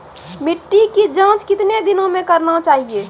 मिट्टी की जाँच कितने दिनों मे करना चाहिए?